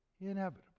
inevitable